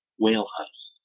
whale hunts,